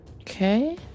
Okay